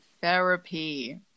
Therapy